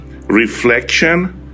reflection